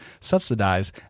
subsidize